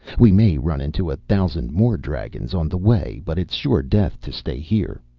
we may run into a thousand more dragons on the way, but it's sure death to stay here.